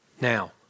Now